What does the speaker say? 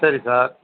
சரி சார்